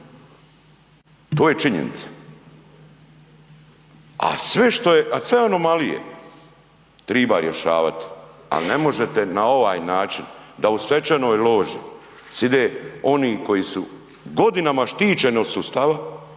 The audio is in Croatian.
To je činjenica.